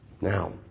Now